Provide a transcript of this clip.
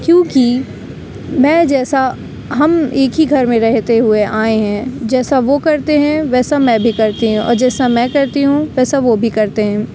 کیونکہ میں جیسا ہم ایک ہی گھر میں رہتے ہوئے آئے ہیں جیسا وہ کرتے ہیں ویسا میں بھی کرتی ہوں اور جیسا میں کرتی ہوں ویسا وہ بھی کرتے ہیں